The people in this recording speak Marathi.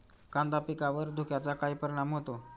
कांदा पिकावर धुक्याचा काय परिणाम होतो?